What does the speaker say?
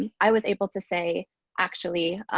and i was able to say, actually